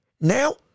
Now